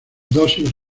dosis